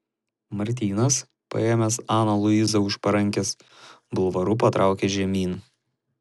martynas paėmęs aną luizą už parankės bulvaru patraukė žemyn